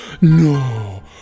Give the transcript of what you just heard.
No